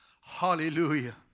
Hallelujah